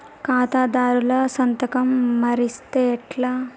ఖాతాదారుల సంతకం మరిస్తే ఎట్లా?